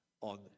on